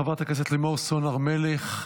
חברת הכנסת לימור סון הר מלך,